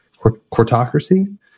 quartocracy